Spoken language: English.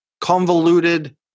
convoluted